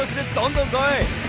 the day